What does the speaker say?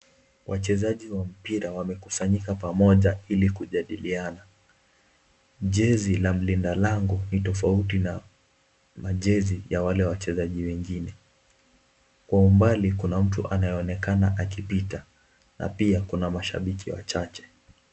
Wachezaji wa mpira wamekusanyika pamoja ili kujadiliana. Jezi la mlinda lango ni tofauti na jezi ya wale wachezaji wengine. Kwa umbali kuna mtu anayeonekana akipita na pia kuna mashabiki wachache.